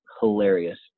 hilarious